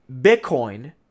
Bitcoin